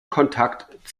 kontakt